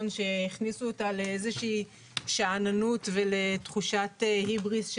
שהכניסו אותה לאיזושהי שאננות ולתחושת היבריס,